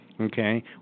Okay